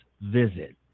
visit